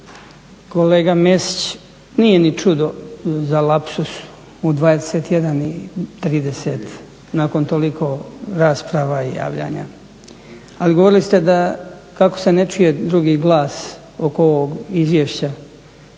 Kolega Mesić, nije ni čudo za lapsus u 21.30, nakon toliko rasprava i javljanja, ali govorili ste da kako se ne čuje drugi glas oko ovog izvješća.